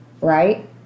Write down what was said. Right